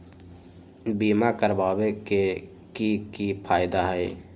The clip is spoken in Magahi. बीमा करबाबे के कि कि फायदा हई?